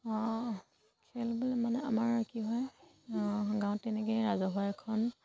খেল বোলে মানে আমাৰ কি হয় গাঁৱত তেনেকেই ৰাজহুৱা এখন